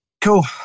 Cool